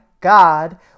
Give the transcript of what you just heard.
God